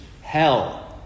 hell